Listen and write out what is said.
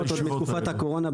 עוד מתקופת הקורונה,